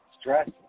stress